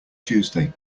tuesday